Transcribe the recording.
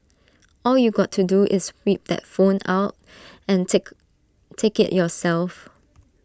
all you got to do is whip that phone out and take take IT yourself